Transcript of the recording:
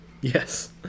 Yes